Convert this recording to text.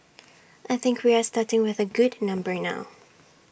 I think we are starting with A good number now